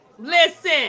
Listen